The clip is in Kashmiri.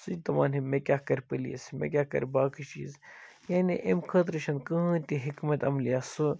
سُہ چھُ دَپان ہے مےٚ کیٛاہ کَرِ پُلیٖس مےٚ کیٛاہ کَرِ باقٕے چیٖز یعنی اَمہِ خٲطرٕ چھِ نہٕ کٕہٕنٛے تہِ حٮ۪کمَتِ عَملِی یا سُہ